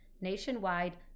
Nationwide